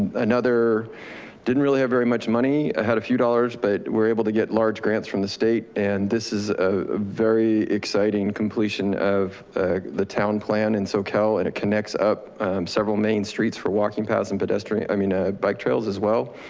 another didn't really have very much money, i had a few dollars but we're able to get large grants from the state and this is a very exciting completion of the town plan and soquel and it connects up several main streets for walking paths and pedestrian, i mean ah bike trails as well.